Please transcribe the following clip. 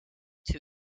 two